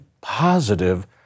positive